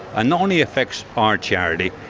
ah not only affects our charity,